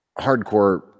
Hardcore